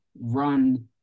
run